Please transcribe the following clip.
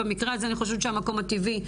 במקרה הזה אני חושבת שהמקום הטבעי,